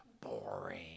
boring